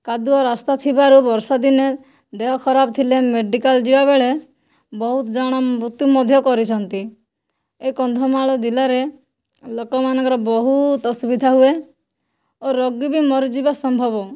କାଦୁଅ ରାସ୍ତା ଥିବାରୁ ବର୍ଷା ଦିନେ ଦେହ ଖରାପ ଥିଲେ ମେଡ଼ିକାଲ ଯିବାବେଳେ ବହୁତ ଜଣ ମୃତ୍ୟୁ ମଧ୍ୟ କରିଛନ୍ତି ଏ କନ୍ଧମାଳ ଜିଲ୍ଲାରେ ଲୋକମାନଙ୍କର ବହୁତ ଅସୁବିଧା ହୁଏ ଓ ରୋଗି ବି ମରିଯିବା ସମ୍ଭବ